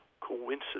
coincidence